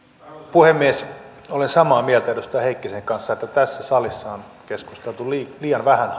puhemies olen samaa mieltä edustaja heikkisen kanssa että tässä salissa on keskusteltu liian vähän